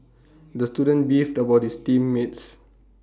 the student beefed about his team mates